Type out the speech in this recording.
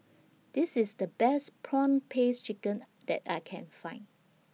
This IS The Best Prawn Paste Chicken that I Can Find